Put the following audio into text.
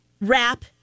rap